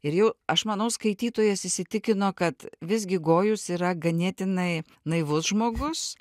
ir jau aš manau skaitytojas įsitikino kad visgi gojus yra ganėtinai naivus žmogus